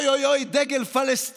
אוי אוי אוי, דגל פלסטין.